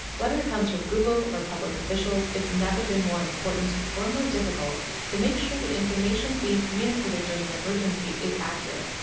whether it comes from google or public officials, it's never been more important or more difficult to make sure the information being communicated during an emergency is accurate.